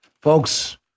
Folks